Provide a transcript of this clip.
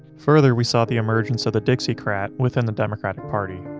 further, we saw the emergence of the dixiecrat within the democratic party.